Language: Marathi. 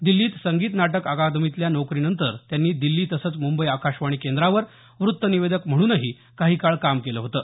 दिल्लीत संगीत नाटक अकादमीतल्या नोकरीनंतर त्यांनी दिल्ली तसंच मुंबई आकाशवाणी केंद्रावर वृत्तनिवेदक म्हणूनही काही काळ काम केलं होतं